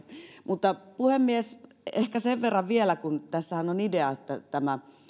puhemies ehkä sen verran vielä kun tässähän on idea että tämä